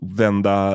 vända